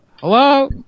Hello